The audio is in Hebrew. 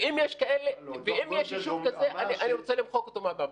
ואם יש יישוב כזה אני רוצה למחוק אותו מעל המפה.